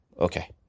Okay